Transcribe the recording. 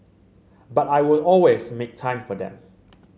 but I will always make time for them